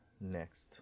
next